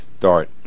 DART